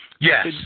Yes